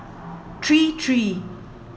three three